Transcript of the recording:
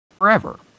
forever